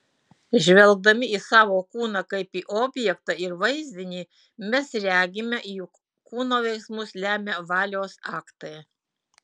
žvelgdami į savo kūną kaip į objektą ir vaizdinį mes regime jog kūno veiksmus lemia valios aktai